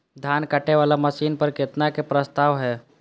धान काटे वाला मशीन पर केतना के प्रस्ताव हय?